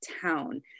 town